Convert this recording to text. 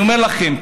אני אומר לכם,